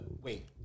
wait